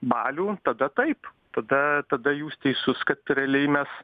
balių tada taip tada tada jūs teisus kad realiai mes